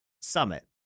Summit